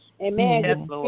Amen